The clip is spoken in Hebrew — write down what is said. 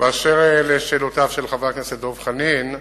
באשר לשאלותיו של חבר הכנסת דב חנין,